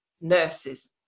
nurses